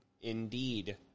Indeed